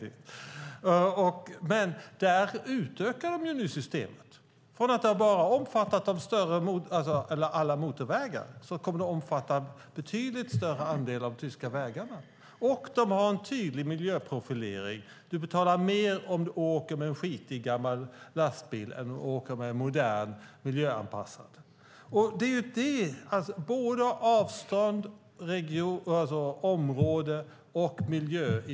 I Tyskland utökar de systemet från att omfatta alla motorvägar till att omfatta en betydligt större andel av de tyska vägarna. De har en tydlig miljöprofilering där man betalar mer om man åker med en skitig gammal lastbil än om man åker med en modern miljöanpassad.